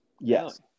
Yes